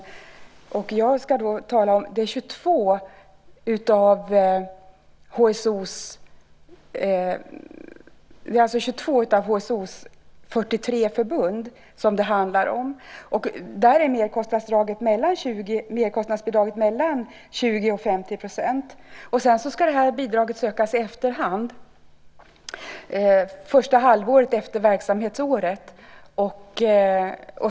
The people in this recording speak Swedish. Det som jag ska tala om handlar om 22 av HSO:s 43 förbund. Där är merkostnadsbidraget mellan 20 och 50 %. Bidraget ska sökas i efterhand första halvåret efter verksamhetsåret.